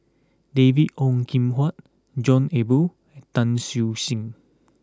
David Ong Kim Huat John Eber Tan Siew Sin